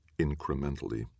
incrementally